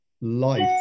life